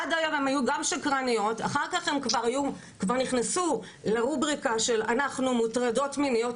עד היום הן היו שקרניות וכבר נכנסו לרובריקה של אנחנו מוטרדות מיניות,